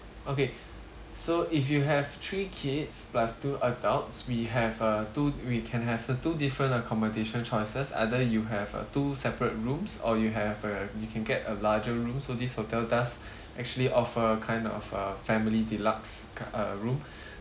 okay so if you have three kids plus two adults we have uh two we can have uh two different accommodation choices either you have uh two separate rooms or you have a you can get a larger room so this hotel does actually offer a kind of a family deluxe kin~ uh room